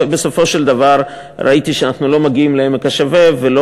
ובסופו של דבר ראיתי שאנחנו לא מגיעים לעמק השווה ולא